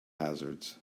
hazards